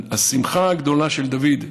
השמחה הגדולה של דוד,